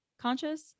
conscious